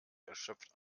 erschöpft